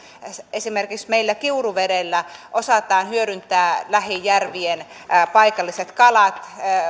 esimerkiksi meillä kiuruvedellä osataan hyödyntää lähijärvien paikalliset kalat